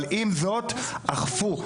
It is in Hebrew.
אבל עם זאת אכפו.